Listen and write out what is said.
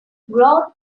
growth